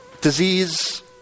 disease